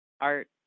art